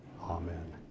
amen